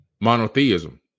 monotheism